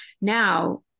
Now